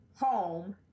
home